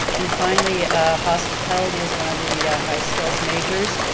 and finally hospitality is one of the high skills majors,